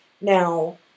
Now